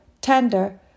tender